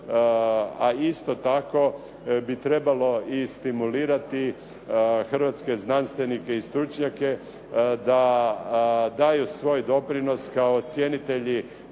a isto tako bi trebalo i stimulirati hrvatske znanstvenike i stručnjake da daju svoj doprinos kao ocjenitelji